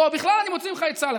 או בכלל אני מוציא ממך את צה"ל.